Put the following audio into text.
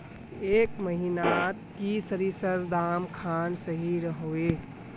ए महीनात की सरिसर दाम खान सही रोहवे?